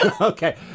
Okay